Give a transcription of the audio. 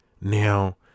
Now